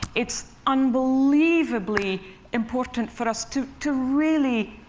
it's unbelievably important for us to to really